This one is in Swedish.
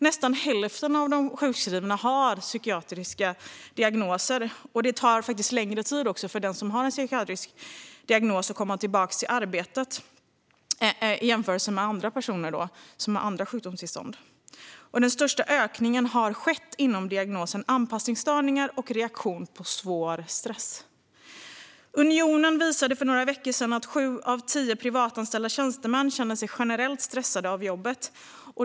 Nästan hälften av de sjukskrivna har psykiatriska diagnoser, och det tar längre tid för den som har en psykiatrisk diagnos att komma tillbaka till arbetet än för personer med andra sjukdomstillstånd. Den största ökningen har skett inom diagnosen anpassningsstörningar och reaktion på svår stress. Unionen visade för några veckor sedan att sju av tio privatanställda tjänstemän känner sig generellt stressade av jobbet.